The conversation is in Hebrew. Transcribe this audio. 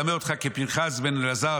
אדַמֶה אותך לפנחס בן אלעזר,